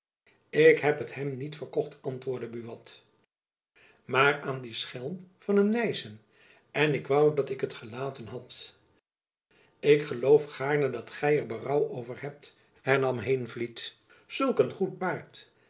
ik heb het hem niet verkocht antwoordde buat jacob van lennep elizabeth musch maar aan dien schelm van een nyssen en ik woû dat ik het gelaten had ik geloof gaarne dat gy er berouw over hebt hernam heenvliet zulk een goed paard